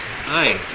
Hi